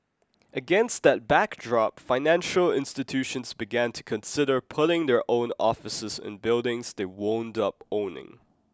against that backdrop financial institutions began to consider putting their own offices in buildings they wound up owning